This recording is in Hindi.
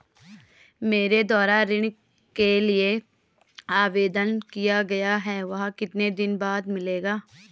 मेरे द्वारा ऋण के लिए आवेदन किया गया है वह कितने दिन बाद मिलेगा?